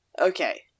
Okay